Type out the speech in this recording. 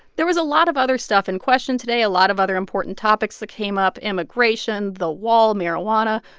there was a lot of other stuff in question today, a lot of other important topics that came up immigration, the wall, marijuana.